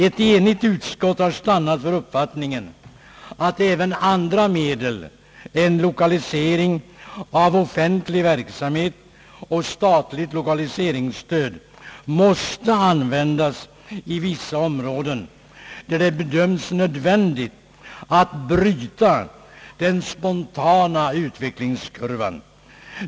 Ett enigt utskott har stannat för uppfattningen att även andra medel än lokalisering av offentlig verksamhet och statligt lokaliseringsstöd måste användas i vissa områden, där det bedöms nödvändigt att bryta den spontana utvecklingskurvan.